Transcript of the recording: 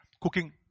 Cooking